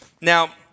Now